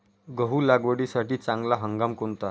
गहू लागवडीसाठी चांगला हंगाम कोणता?